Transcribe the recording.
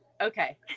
Okay